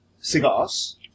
Cigars